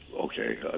Okay